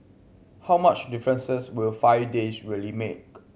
how much difference will five days really make